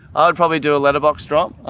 i'd probably do a letterbox drop,